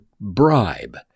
bribe